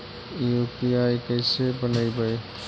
UPI कैसे बनइबै?